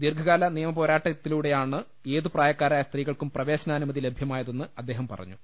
ദീർഘകാല നിയമപോരാട്ടത്തിലൂടെയാണ് ഏതുപ്രായക്കാരായ സ്ത്രീകൾക്കും പ്രവേശനാനുമതി ലഭ്യമായതെന്ന് അദ്ദേഹം പറഞ്ഞു